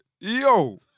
yo